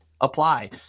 apply